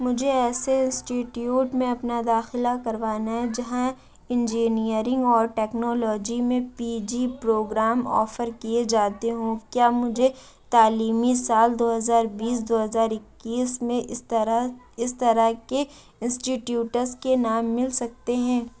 مجھے ایسے انسٹیٹیوٹ میں اپنا داخلہ کروانا ہے جہاں انجینئرنگ اور ٹیکنالوجی میں پی جی پروگرام آفر کیے جاتے ہوں کیا مجھے تعلیمی سال دو ہزار بیس دو ہزار اکیس میں اس طرح اس طرح کے انسٹیٹیوٹس کے نام مل سکتے ہیں